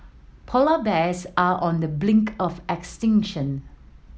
polar bears are on the brink of extinction